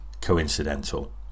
coincidental